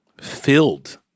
filled